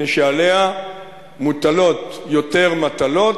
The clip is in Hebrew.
מפני שעליה מוטלות יותר מטלות.